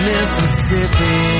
Mississippi